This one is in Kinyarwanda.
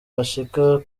bashika